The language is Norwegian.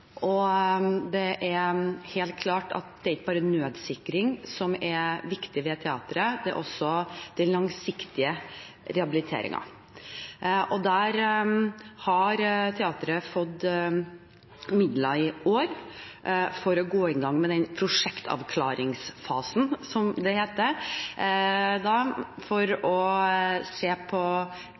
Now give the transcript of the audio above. helt klart at det er ikke bare nødsikring som er viktig ved teatret, men også den langsiktige rehabiliteringen. Teatret har i år fått midler til å gå i gang med prosjektavklaringsfasen, som det heter, for å se på